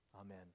Amen